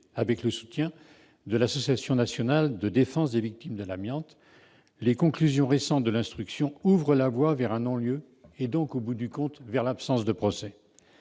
avec le soutien de l'Association nationale de défense des victimes de l'amiante, les conclusions récentes de l'instruction ouvrent la voie vers un non-lieu, et donc vers une absence de procès.